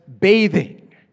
bathing